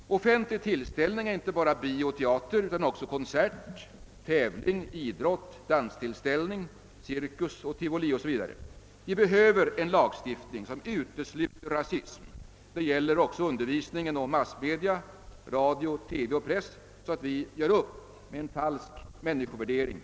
Offentlig tillställning är inte bara biooch teaterföreställning utan också konsert, tävlingsidrott, danstillställning, cirkus, tivoli o. s. v. Vi behöver en lagstiftning som utesluter rasism, och detta gäller också i undervisningen och i våra massmedia, radio, TV och press, så att vi därigenom inte sprider en falsk människovärdering.